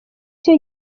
cyo